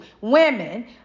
Women